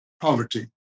poverty